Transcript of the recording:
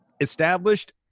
established